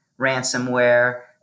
ransomware